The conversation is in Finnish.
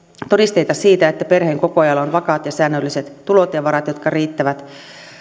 todisteita siitä että perheenkokoajalla on vakaat ja säännölliset tulot ja ja varat jotka riittävät